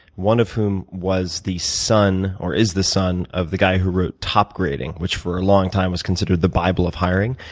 one of whom was the son, or is the son of the guy who wrote top grading, which for a long time was considered the bible of hiring.